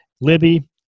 Libby